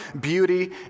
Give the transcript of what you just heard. beauty